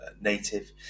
Native